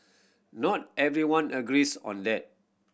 not everyone agrees on that